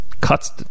Cuts